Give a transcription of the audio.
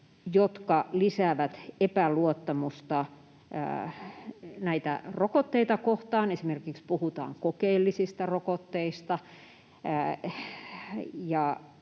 jotka lisäävät epäluottamusta rokotteita kohtaan. Puhutaan esimerkiksi kokeellisista rokotteista